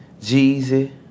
Jeezy